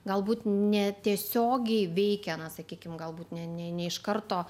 galbūt netiesiogiai veikia na sakykim galbūt ne ne ne iš karto